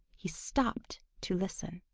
he stopped to listen.